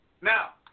Now